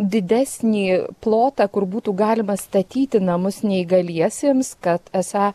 didesnį plotą kur būtų galima statyti namus neįgaliesiems kad esą